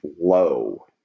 low